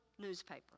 newspaper